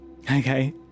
Okay